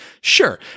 sure